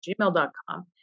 gmail.com